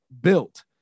built